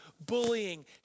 bullying